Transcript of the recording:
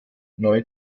neu